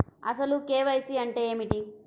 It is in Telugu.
అసలు కే.వై.సి అంటే ఏమిటి?